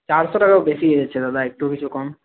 চারশো টাকা বেশী হয়ে যাচ্ছে দাদা একটু কিছু কম